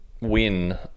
win